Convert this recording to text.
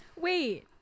Wait